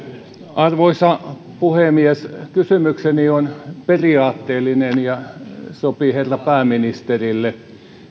arvoisa puhemies kysymykseni on periaatteellinen ja sopii herra pääministerille